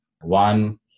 One